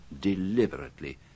deliberately